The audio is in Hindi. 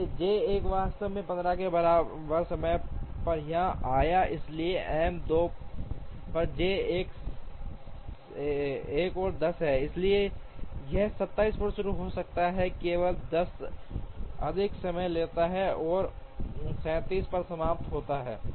1 वास्तव में 15 के बराबर समय पर यहाँ आया है इसलिए एम 2 पर जे 1 एक और 10 है इसलिए यह 27 पर शुरू हो सकता है केवल 10 अधिक समय लेता है और 37 पर समाप्त होता है